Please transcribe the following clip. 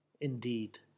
Indeed